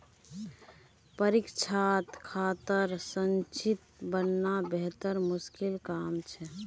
परीक्षात खातार संचित्र बनाना बेहद मुश्किल काम छ